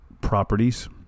properties